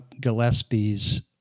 Gillespie's